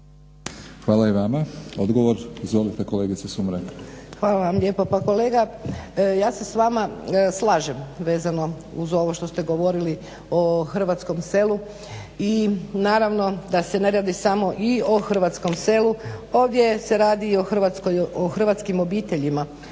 Hvala i vama. Odgovor, izvolite kolegice Sumrak. **Sumrak, Đurđica (HDZ)** Hvala vam lijepa. Pa kolega ja se s vama slažem vezano uz ovo što ste govorili o hrvatskom selu i naravno da se ne radi samo i o hrvatskom selu. Ovdje se radi i o hrvatskim obiteljima